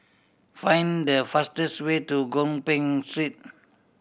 find the fastest way to Gopeng Street